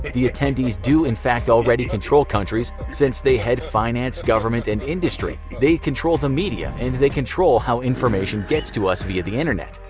the attendees do in fact already control countries since they head finance, government and industry. they control the media and they control how information gets to us via the internet.